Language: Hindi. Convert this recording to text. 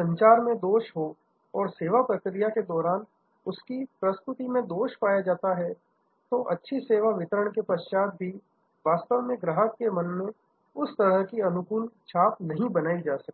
संचार मैं दोष हो अथवा सेवा प्रक्रिया के दौरान उसकी प्रस्तुति में दोष पाया जाता है तो अच्छी सेवा वितरण के पश्चात भी वास्तव में ग्राहक के मन में उस तरह की अनुकूल छाप नहीं बनाई जा सकती हैं